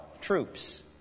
troops